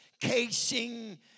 Casing